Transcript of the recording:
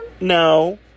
No